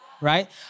right